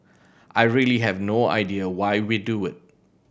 I really have no idea why we do it